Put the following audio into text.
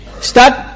start